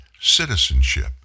citizenship